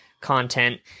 content